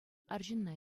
арҫынна